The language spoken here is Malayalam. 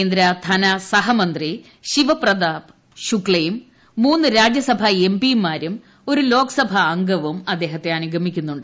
കേന്ദ്രധനകാര്യ സഹമന്ത്രി ശിവപ്രതാപ് ശുക്തയും മൂന്ന് രാജ്യസഭാ എംപിമാരും ഒരു ലോകസഭ അംഗവും അദ്ദേഹത്തെ അനുഗമിക്കുന്നുണ്ട്